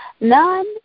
none